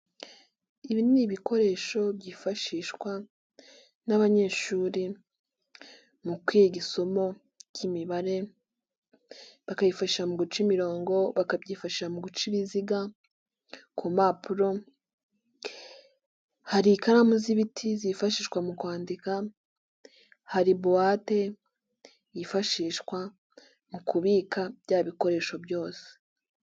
Ibi ni ibikoresho byifashishwa n'abanyeshuri mu kwiga isomo ry'imibare; bakabyifashisha mu guca imirongo, bakabyifashisha mu guca ibiziga ku mpapuro. Hari ikaramu z'ibiti zifashishwa mu kwandika, hari buwate yifashishwa mu kubika bya bikoresho byose.